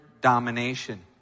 domination